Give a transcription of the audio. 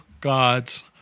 God's